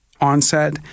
onset